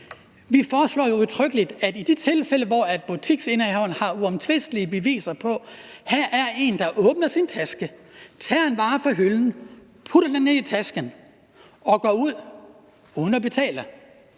Vi foreslår jo udtrykkeligt, at det er i det tilfælde, hvor butiksindehaveren har uomtvistelige beviser på, at der her er en, der åbner sin taske, tager en vare fra hylden, putter den ned i tasken og går ud uden at betale.